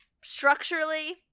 Structurally